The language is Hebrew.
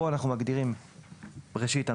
ראשית,